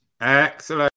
Excellent